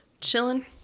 Chilling